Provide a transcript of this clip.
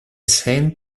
same